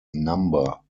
number